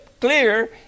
clear